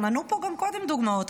מנו פה גם קודם דוגמאות,